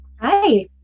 Hi